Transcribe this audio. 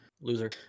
Loser